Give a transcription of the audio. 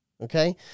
Okay